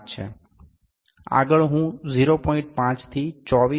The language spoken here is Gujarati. આગળ હું 0